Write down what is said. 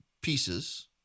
pieces